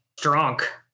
Drunk